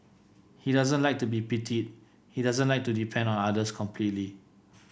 he doesn't like to be pitied he doesn't like to depend on others completely